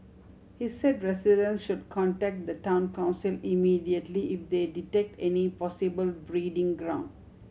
he said residents should contact the Town Council immediately if they detect any possible breeding ground